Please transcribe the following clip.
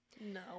No